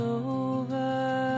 over